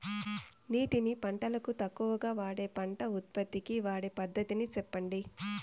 నీటిని పంటలకు తక్కువగా వాడే పంట ఉత్పత్తికి వాడే పద్ధతిని సెప్పండి?